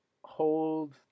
hold